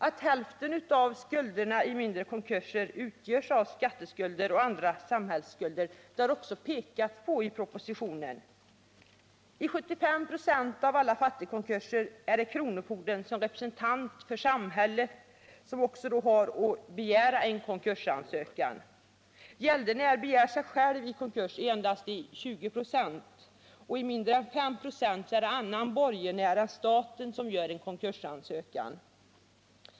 Att hälften av skulderna i en mindre konkurs utgörs av skatteskulder och andra samhällsskulder har påpekats i propositionen. I 75 96 av alla fattigkonkurser är det kronofogden som representant för samhället som har att lämna in en konkursansökan. Gäldenär begär sig själv i konkurs i endast ungefär 20 96 av fallen, och i mindre än 5 96 är det annan borgenär än staten som lämnar in konkursansökan.